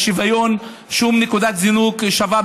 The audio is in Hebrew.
שום נקודת זינוק שווה,